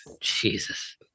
Jesus